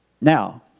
Now